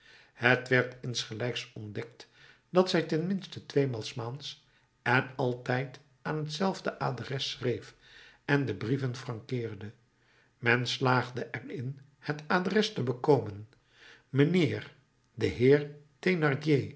het werd insgelijks ontdekt dat zij ten minste tweemaal s maands en altijd aan hetzelfde adres schreef en de brieven frankeerde men slaagde er in het adres te bekomen mijnheer den heer